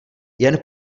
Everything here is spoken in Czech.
jen